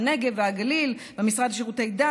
הנגב והגליל והמשרד לשירותי דת,